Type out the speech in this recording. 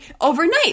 overnight